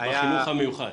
בחינוך המיוחד.